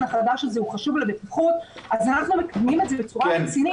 החדש הזה הוא חשוב לבטיחות אז אנחנו מקדמים את זה בצורה רצינית.